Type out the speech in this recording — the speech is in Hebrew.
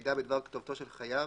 מידע בדבר כתובתו של חייב,